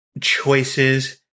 choices